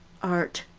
art,